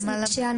אני